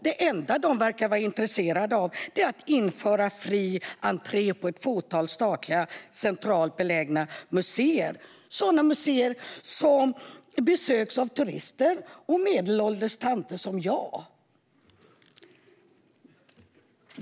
Det enda de verkar vara intresserade av är att införa fri entré till ett fåtal statliga centralt belägna museer, sådana museer som besöks av turister och medelålders tanter som jag.